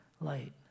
light